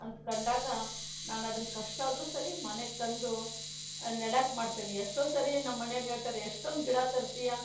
ಅಂತ ಕಂಡಾಗ ನಾನದನ್ನ ಕಷ್ಟಾದರೂ ಸರಿ ಮನೆಗೆ ತಂದು ನೆಡಕ್ಕೆ ಮಾಡ್ತೇನೆ ಎಷ್ಟೋ ಸರಿ ನಮ್ಮ ಮನೆಯಲ್ಲಿ ಹೇಳ್ತಾರೆ ಎಷ್ಟೊಂದು ಗಿಡ ತರ್ತೀಯ